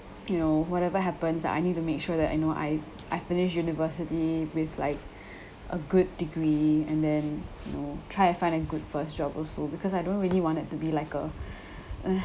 you know whatever happens I need to make sure that you know I I finish university with like a good degree and then you know try and find a good first job also because I don't really want it to be like a a